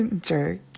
jerk